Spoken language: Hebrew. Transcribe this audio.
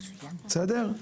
בסדר?